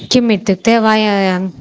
किम् इत्युक्ते वयम्